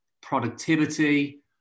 productivity